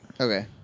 Okay